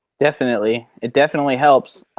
definitely, it definitely helps.